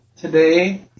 today